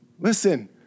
Listen